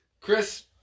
Chris